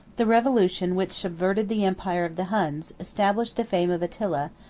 the revolution which subverted the empire of the huns, established the fame of attila,